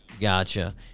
gotcha